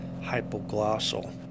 hypoglossal